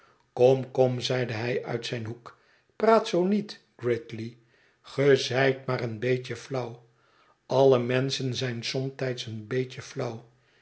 kom kom zeide hij uit zijn hoek praat zoo niet gridley ge zijt maar een beetje flauw alle menschen zijn somtijds een beetje flauw